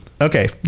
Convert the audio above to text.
okay